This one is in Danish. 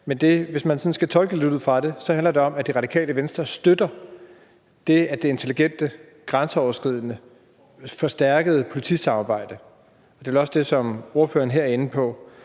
Men hvis man skal tolke lidt ud fra det, handler det om, at Det Radikale Venstre støtter det intelligente grænseoverskridende forstærkede politisamarbejde. Det er vel også det, som ordføreren her er inde på.